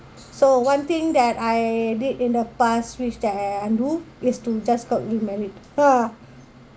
so one thing that I did in the past which that I I undo is to just got remarried ah